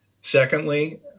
Secondly